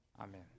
amen